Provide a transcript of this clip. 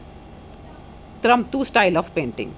तरम्तूं style of painting